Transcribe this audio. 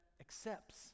accepts